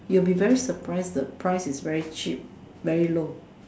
you will be very surprise the price is very cheap very low